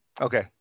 Okay